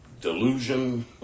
delusion